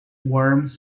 worms